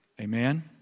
Amen